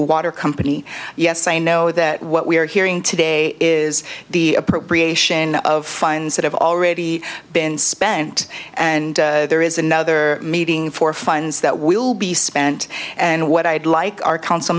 water company yes i know that what we are hearing today is the appropriation of funds that have already been spent and there is another meeting for funds that will be spent and what i'd like our council